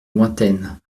lointaine